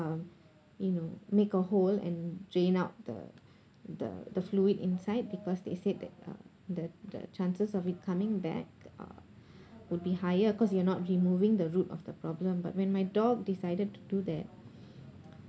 um you know make a hole and drain out the the the fluid inside because they said that uh the the chances of it coming back uh would be higher cause you're not removing the root of the problem but when my dog decided to do that